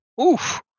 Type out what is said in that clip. Oof